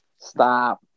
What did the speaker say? stop